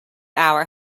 hour